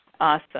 Awesome